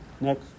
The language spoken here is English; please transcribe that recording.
next